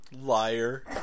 Liar